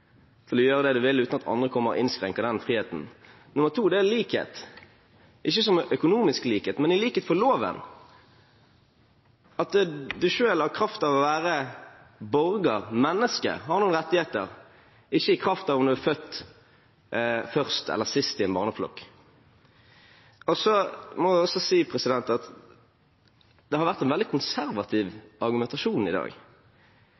til å gjøre det du vil uten at andre kommer og innskrenker friheten. Nummer to er likhet – ikke som i økonomisk likhet, men i likhet for loven, at du selv i kraft av å være borger og menneske har noen rettigheter, ikke i kraft av om du er født først eller sist i en barneflokk. Så må jeg også si at det har vært en veldig konservativ argumentasjon i dag.